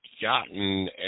gotten